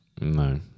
No